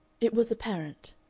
it was apparent,